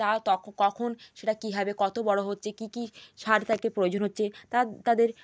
তা কখন সেটা কীভাবে কত বড় হচ্ছে কী কী সার তাতে প্রয়োজন হচ্ছে তাদের